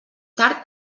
tard